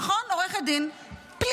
נכון, עורכת דין פלילית.